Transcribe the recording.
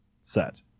set